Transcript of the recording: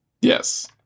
Yes